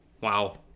Wow